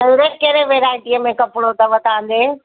कहिड़े कहिड़े वैराइटीअ में कपिड़ो अथव तव्हां ॾे